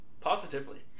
positively